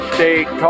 State